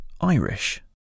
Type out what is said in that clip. Irish